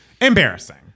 embarrassing